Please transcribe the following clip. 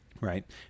Right